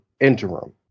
interim